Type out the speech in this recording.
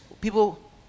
people